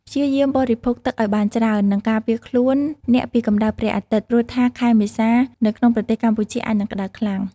ព្យាយាមបរិភោគទឺកឱ្យបានច្រើន និងការពារខ្លួនអ្នកពីកម្ដៅព្រះអាទិត្យ ព្រោះថាខែមេសា នៅក្នុងប្រទេសកម្ពុជា អាចនឹងក្តៅខ្លាំង។